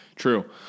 true